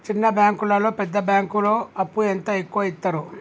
చిన్న బ్యాంకులలో పెద్ద బ్యాంకులో అప్పు ఎంత ఎక్కువ యిత్తరు?